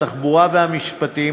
התחבורה והמשפטים,